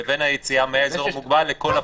לבין היציאה מהאזור המוגבל לכל הפגנה אחרת.